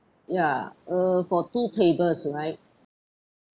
ya uh for two tables right